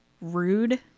rude